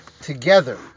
together